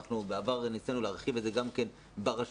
אנחנו בעבר ניסינו להרחיב את זה גם ברשויות,